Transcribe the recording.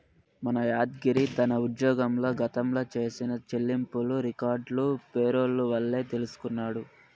మన యాద్గిరి తన ఉజ్జోగంల గతంల చేసిన చెల్లింపులు రికార్డులు పేరోల్ వల్లే తెల్సికొన్నాడు